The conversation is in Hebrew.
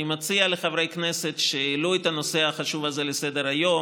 אני מציע לחברי הכנסת שהעלו את הנושא החשוב הזה לסדר-היום,